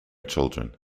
children